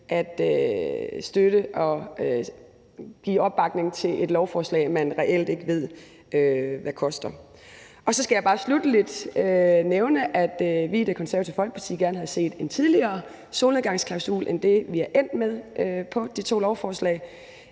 at støtte og give opbakning til et lovforslag, man reelt ikke ved hvad koster. Så skal jeg bare sluttelig nævne, at vi i Det Konservative Folkeparti gerne havde set en tidligere solnedgangsklausul end det, det er endt med på de to lovforslag.